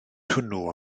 hwnnw